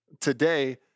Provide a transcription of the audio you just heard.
Today